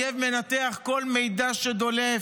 האויב מנתח כל מידע שדולף,